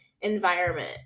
environment